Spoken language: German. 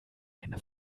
eine